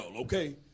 okay